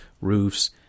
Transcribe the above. roofs